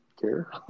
care